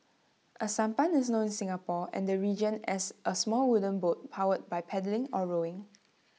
A sampan is known in Singapore and the region as A small wooden boat powered by paddling or rowing